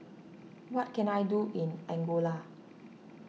what can I do in Angola